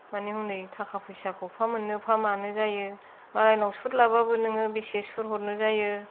माने हनै थाखा फैसाखौ बहा मोननो बहा मानो जायो मालायनाव सुथ लाबाबो नोङो बेसे सुथ हरनो जायो